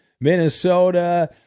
Minnesota